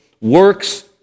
works